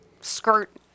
skirt